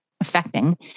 affecting